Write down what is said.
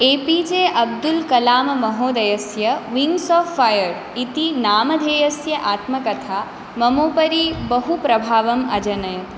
ए P J Abdul कलाममहोदयस्य wings of fire इति नामदेयस्य आत्मकथा ममोपरि बहुप्रभावम् अजनयत्